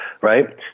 Right